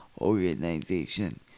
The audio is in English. organization